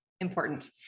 important